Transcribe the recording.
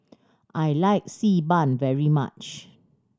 I like Xi Ban very much